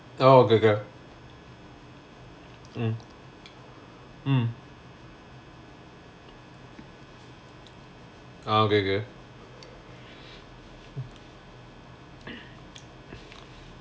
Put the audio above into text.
oh okay okay mm mm oh okay okay